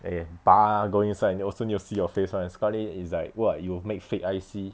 eh bar go inside also need to see your face [one] scarly is like [what] you make fake I_C